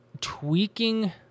tweaking